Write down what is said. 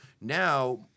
now